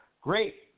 Great